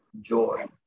Joy